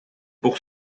pour